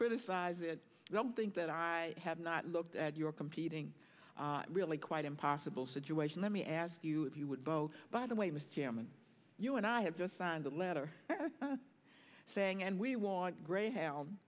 criticize it i don't think that i have not looked at your competing really quite impossible situation let me ask you if you would vote by the way mr chairman you and i have just signed a letter saying and we want gr